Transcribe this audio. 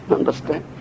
Understand